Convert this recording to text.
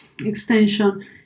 extension